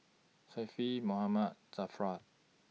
Syafiq Muhammad Zafran